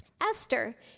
Esther